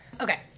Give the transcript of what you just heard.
okay